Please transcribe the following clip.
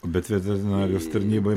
bet veterinarijos tarnybai